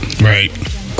Right